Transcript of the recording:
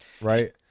right